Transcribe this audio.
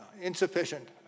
insufficient